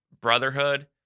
brotherhood